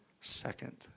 second